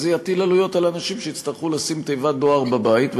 כי זה יטיל עלויות על אנשים שיצטרכו לשים תיבת דואר בבית.